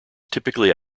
typically